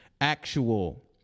actual